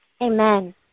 Amen